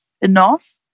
enough